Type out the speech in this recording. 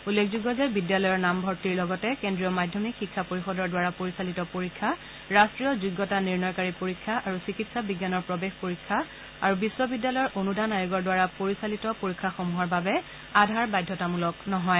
উল্লেখযোগ্য যে বিদ্যালয়ৰ নামভৰ্তিৰ লগতে কেন্দ্ৰীয় মাধ্যমিক শিক্ষা পৰিষদৰ দ্বাৰা পৰিচালিত পৰীক্ষা ৰাষ্ট্ৰীয় যোগ্যতা নিৰ্ণয়কাৰী পৰীক্ষা আৰু চিকিৎসা বিজ্ঞানৰ প্ৰৱেশ পৰীক্ষাৰ আৰু বিশ্ববিদ্যালয়ৰ অনুদান আয়োগৰ দ্বাৰা পৰিচালিত পৰীক্ষাসমূহৰ বাবে আধাৰ বাধ্যতামূলক নহয়